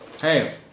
Hey